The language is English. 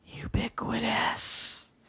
Ubiquitous